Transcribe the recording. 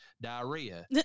diarrhea